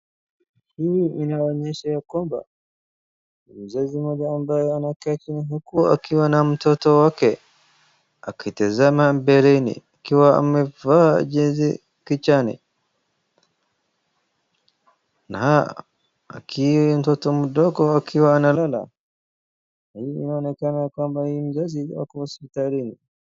Hii inaonyesha ya kwamba mzazi mmoja ambaya anaketi akiwa akitazama mbeleni ,akiwa amevaa jezi kichwani na mtoto mdogo akiwa analala, hii inaonekana kwamba huyu mzazi ako hospitalini.